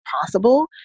possible